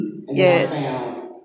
Yes